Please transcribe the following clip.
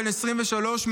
בן 23,